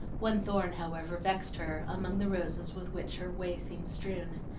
one thorn, however, vexed her, among the roses with which her way seemed strewn.